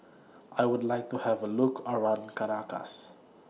I Would like to Have A Look around Caracas